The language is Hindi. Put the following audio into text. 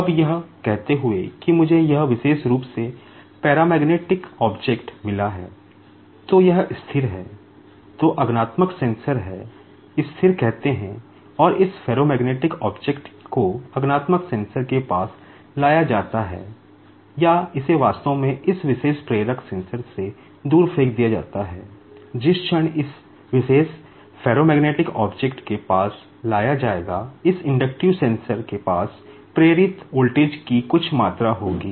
अब यह कहते हुए कि मुझे यह विशेष रूप से पैरामैग्नेटिक ऑब्जेक्ट के पास प्रेरित वोल्टेज की कुछ मात्रा होगी